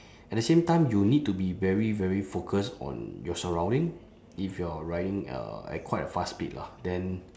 at the same time you need to be very very focused on your surrounding if you're riding uh at quite a fast speed lah then